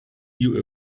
you